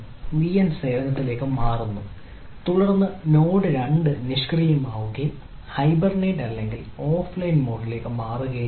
VM സേവനത്തിലേക്ക് മാറ്റുന്നു തുടർന്ന് നോഡ് 2 നിഷ്ക്രിയമാവുകയും ഹൈബർനേറ്റ് അല്ലെങ്കിൽ ഓഫ്ലൈൻ മോഡിലേക്ക് മാറ്റുകയും ചെയ്യുന്നു